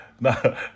No